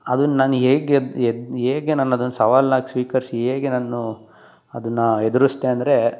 ಅದು ನಾನು ಹೇಗೆ ಎದ್ದು ಹೇಗೆ ನಾನು ಅದನ್ನ ಸವಾಲಾಗಿ ಸ್ವೀಕರಿಸಿ ಹೇಗೆ ನಾನು ಅದನ್ನು ಎದುರಿಸ್ದೆ ಅಂದರೆ